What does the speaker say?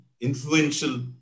influential